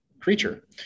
creature